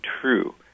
true